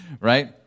right